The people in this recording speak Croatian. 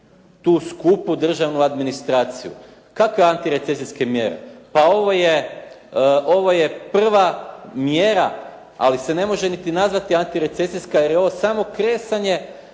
tu skupu državnu administraciju. Kakve antirecesijske mjere? Pa ovo je prva mjera, ali se ne može niti nazvati antirecesijska jer je ovo samo kresanje